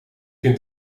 vind